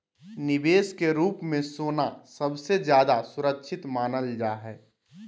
निवेश के रूप मे सोना सबसे ज्यादा सुरक्षित मानल जा हय